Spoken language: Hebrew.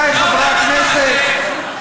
עמיתי חברי הכנסת,